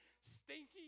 stinky